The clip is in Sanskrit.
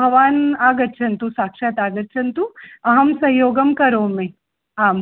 भवान् आगच्छन्तु साक्षात् आगच्छन्तु अहं संयोगं करोमि आं